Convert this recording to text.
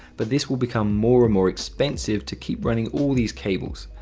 but this will become more and more expensive to keep running all these cables.